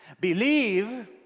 Believe